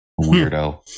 weirdo